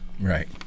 Right